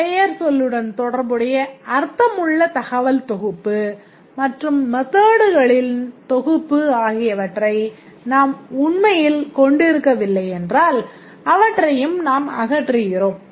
பெயர்ச்சொல்லுடன் தொரடர்புடைய அர்த்தமுள்ள தகவல் தொகுப்பு மற்றும் methodகளின்தொகுப்பு ஆகியவற்றை நாம் உண்மையில் கொண்டிருக்கவில்லையென்றால் அவற்றையும் நாம் அகற்றுகிறோம்